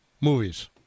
movies